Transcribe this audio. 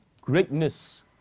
greatness